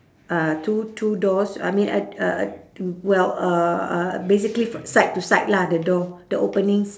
uh two two doors I mean uh uh uh well uh uh basically side to side lah the door the openings